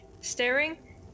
staring